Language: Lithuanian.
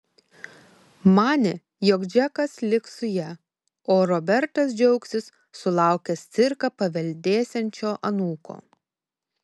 manė jog džekas liks su ja o robertas džiaugsis sulaukęs cirką paveldėsiančio anūko